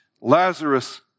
Lazarus